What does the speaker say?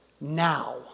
now